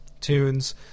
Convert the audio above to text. tunes